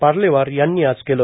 पार्लेवार यांनी आज केलं